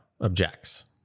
objects